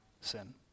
sin